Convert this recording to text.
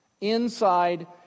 inside